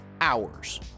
hours